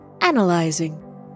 Analyzing